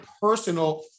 personal